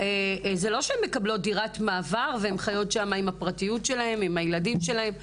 זה לא שהן מקבלות דירת מעבר והן חיות שם בפרטיות שלהן ועם הילדים שלהם.